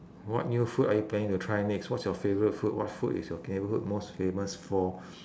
what new food are you planning to try next what's your favourite food what food is your neighbourhood most famous for